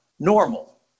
Normal